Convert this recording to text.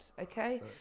Okay